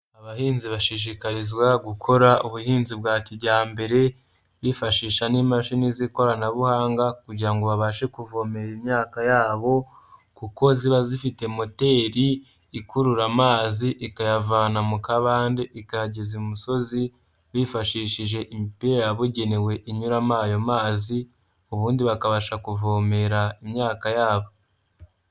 Abahinzi bashishikarizwa gukora ubuhinzi bwa kijyambere bifashisha n'imashini z'ikoranabuhanga kugira ngo babashe kuvomera imyaka yabo kuko ziba zifite moteri ikurura amazi ikayavana mu kabande ikayageza i musozi bifashishije imipira yabugenewe inyuramo ayo mazi ubundi bakabasha kuvomera imyaka yabo.